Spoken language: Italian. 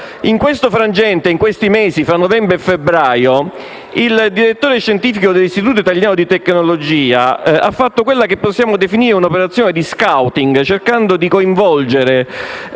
di euro. Nei mesi fra novembre e febbraio il direttore scientifico dell'Istituto italiano di tecnologia ha effettuato quella che possiamo definire una operazione di *scouting*, cercando di coinvolgere,